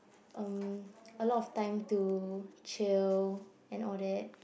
erm a lot of time to chill and all that